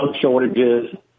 shortages